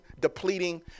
depleting